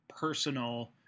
personal